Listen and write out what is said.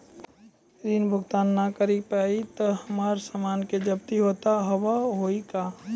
ऋण भुगतान ना करऽ पहिए तह हमर समान के जब्ती होता हाव हई का?